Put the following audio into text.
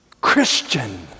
Christian